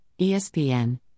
ESPN